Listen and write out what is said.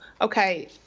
okay